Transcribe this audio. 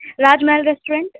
Raj Mahal restaurant